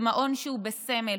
זה מעון שהוא בסמל.